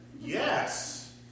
Yes